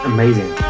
Amazing